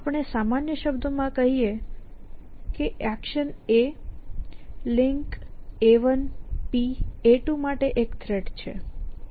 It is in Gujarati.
આપણે સામાન્ય શબ્દોમાં કહીએ કે action A link A1 P A2 માટે એક થ્રેટ છે